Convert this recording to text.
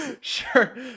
Sure